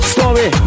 Story